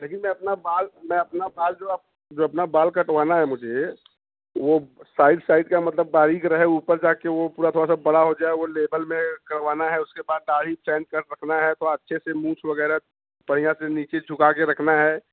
देखिए मैं अपना बाल मैं अपना बाल जो है जो अपना बाल कटवाना है मुझे वो साइड साइड का मतलब बारीक रहे ऊपर जाके वो पूरा थोड़ा सा बड़ा हो जाए वो लेबल में करवाना है उसके बाद दाढ़ी रखना है तो अच्छे से मूछ वगैरह बढ़िया से नीचे झुका के रखना है